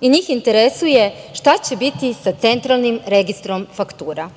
i njih interesuje šta će biti sa Centralnim registrom faktura.